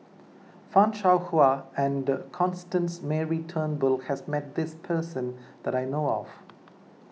Fan Shao Hua and Constance Mary Turnbull has met this person that I know of